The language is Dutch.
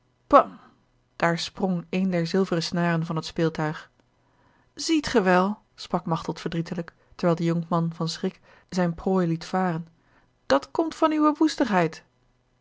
daar sprong een der zilveren snaren van het speeltuig ziet ge wel sprak machteld verdrietelijk terwijl de jonkman van schrik zijne prooi liet varen dat komt van uwe